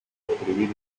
escribir